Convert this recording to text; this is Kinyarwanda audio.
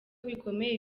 bikomeye